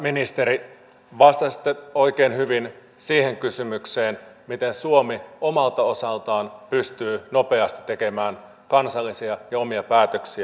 hyvä ministeri vastasitte oikein hyvin siihen kysymykseen miten suomi omalta osaltaan pystyy nopeasti tekemään kansallisia ja omia päätöksiä